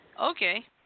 Okay